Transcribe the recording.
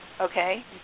okay